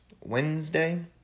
Wednesday